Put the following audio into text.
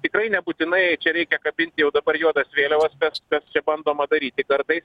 tikrai nebūtinai čia reikia kabint jau dabar juodas vėliavas kas kas čia bandoma daryti kartais